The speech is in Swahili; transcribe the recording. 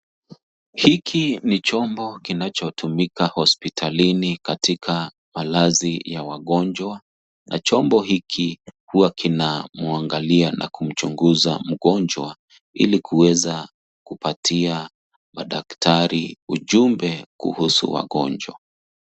Hiki ni chombo kinachotumika hospitalini katika malazi ya wagonjwa na chombo hiki huwa kinamuangalia na kumchunguza mgonjwa ili kuweza kupatia madaktari ujumbe kuhusu wagonjwa.